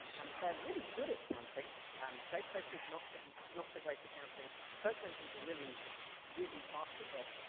um they're really good at counting. and database is not is not so great at counting. search engines are really really fast at this.